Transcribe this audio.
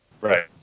Right